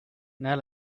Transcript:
now